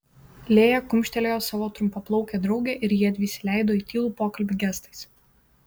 lėja kumštelėjo savo trumpaplaukę draugę ir jiedvi įsileido į tylų pokalbį gestais